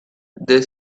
they